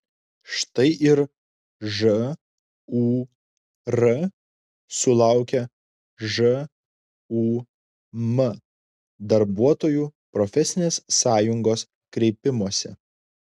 štai ir žūr sulaukė žūm darbuotojų profesinės sąjungos kreipimosi